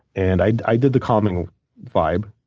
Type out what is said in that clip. and i did the calming vibe.